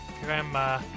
grandma